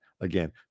again